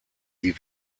die